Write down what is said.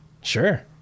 Sure